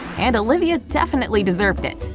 and olivia definitely deserved it.